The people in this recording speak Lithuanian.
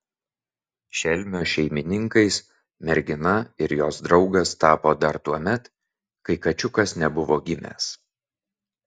šelmio šeimininkais mergina ir jos draugas tapo dar tuomet kai kačiukas nebuvo gimęs